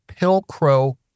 Pilcrow